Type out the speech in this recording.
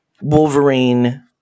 Wolverine